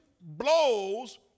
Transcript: blows